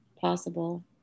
possible